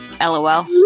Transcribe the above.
LOL